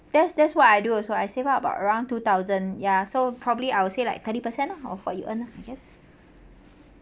that's that's what I do also I save up about around two thousand ya so probably I would say like thirty percent lah of what you earn lah I guess